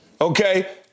Okay